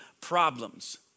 problems